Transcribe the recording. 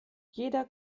jeder